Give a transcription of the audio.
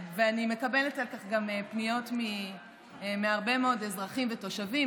אני מקבלת על כך גם פניות מהרבה מאוד אזרחים ותושבים.